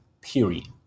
period